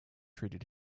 treated